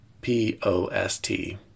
P-O-S-T